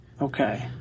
Okay